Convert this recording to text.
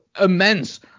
immense